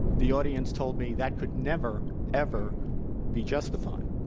the audience told me that could never, ever be justified.